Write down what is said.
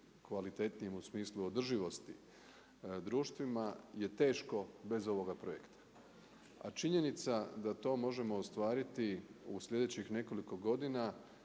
kvalitetnijim, u smislu održivosti, društvima je teško bez ovoga projekta. A činjenica da to možemo ostvariti u sljedećih nekoliko godina